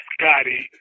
Scotty